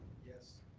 yes.